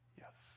Yes